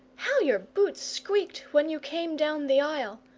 how your boots squeaked when you came down the aisle!